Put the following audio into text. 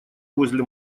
возле